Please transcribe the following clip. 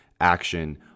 action